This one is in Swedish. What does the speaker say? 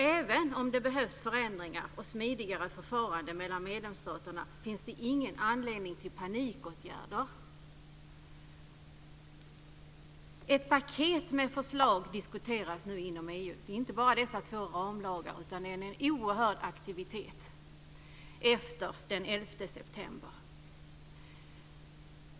Även om det behövs förändringar och ett smidigare förfarande mellan medlemsstaterna finns det ingen anledning till panikåtgärder. Ett paket med förslag diskuteras nu inom EU. Det är inte bara dessa två ramlagar, utan det är en oerhörd aktivitet efter den 11 september.